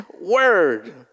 word